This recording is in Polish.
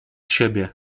siebie